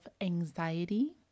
anxiety